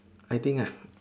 I think ah